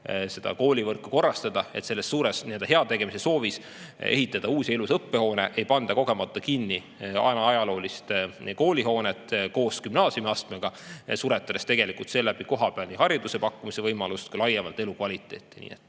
selle koolivõrgu korrastamiseks –, et sellest suurest heategemise soovist ehitada uus ja ilus õppehoone ei panda kogemata kinni ajaloolist koolihoonet koos gümnaasiumiastmega, suretades seeläbi kohapeal hariduse pakkumise võimalust ja laiemalt elukvaliteeti.